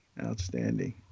outstanding